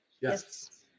Yes